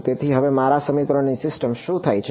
તેથી હવે મારા સમીકરણોની સિસ્ટમનું શું થાય છે